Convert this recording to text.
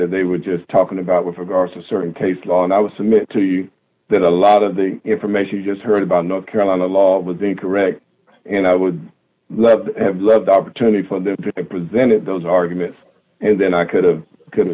that they were just talking about with regard to certain case law and i would submit to you that a lot of the information you just heard about north carolina law with incorrect and i would love to have less opportunity for the presented those arguments and then i could have could